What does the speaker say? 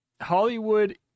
Hollywood